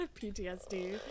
PTSD